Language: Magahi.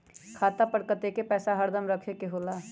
खाता पर कतेक पैसा हरदम रखखे के होला?